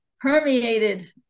permeated